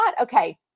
Okay